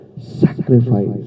sacrifice